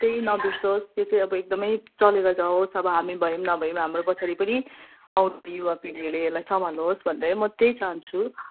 त्यही नबिर्सिओस् यो चाहिँ एकदमै चलेर जाओस् अब हामी भए पनि नभए पनि हाम्रो पछाडि पनि आउँदो युवापिँढीहरूले यसलाई सम्हालोस् भनेर म त्यही चाहन्छु